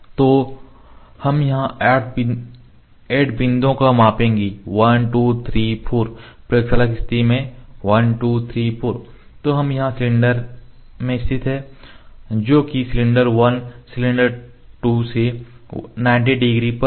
तो हम यहां 8 बिंदुओं को मापेंगे 1 2 3 4 प्रयोगशाला की स्थितियों में 1 2 3 4 तो हम यहाँ सिलेंडर में स्थित हैं जो कि सिलेंडर 1 सिलेंडर 2 से 90 डिग्री पर है